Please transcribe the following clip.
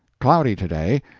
cloudy today,